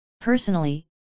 Personally